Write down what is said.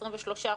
23%,